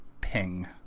ping